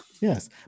Yes